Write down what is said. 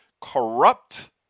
corrupt